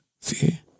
see